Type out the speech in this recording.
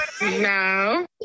No